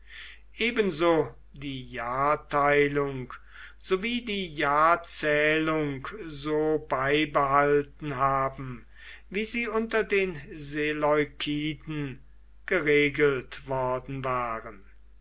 ebenso die jahrteilung so wie die jahrzählung so beibehalten haben wie sie unter den seleukiden geregelt worden waren